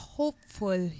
hopeful